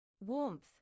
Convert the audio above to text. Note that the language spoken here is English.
Warmth